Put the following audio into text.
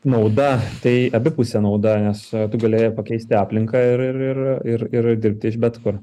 nauda tai abipusė nauda nes tu galėjai pakeisti aplinką ir ir ir ir ir dirbti iš bet kur